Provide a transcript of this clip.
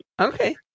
okay